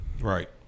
Right